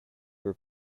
were